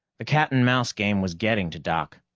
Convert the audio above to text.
the cat-and-mouse game was getting to doc.